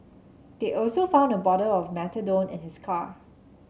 they also found a bottle of methadone in his car